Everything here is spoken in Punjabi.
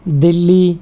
ਦਿੱਲੀ